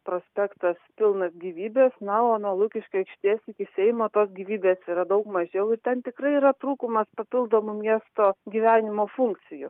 prospektas pilnas gyvybės na o nuo lukiškių aikštės iki seimo tos gyvybės yra daug mažiau ir ten tikrai yra trūkumas papildomų miesto gyvenimo funkcijų